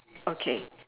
okay